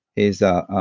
he's a